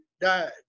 died